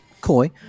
coy